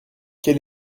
quel